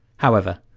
however,